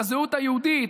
לזהות היהודית,